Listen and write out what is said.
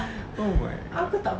oh my god